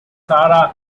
sarah